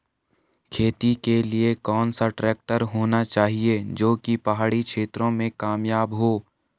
खेती के लिए कौन सा ट्रैक्टर होना चाहिए जो की पहाड़ी क्षेत्रों में कामयाब हो?